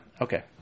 Okay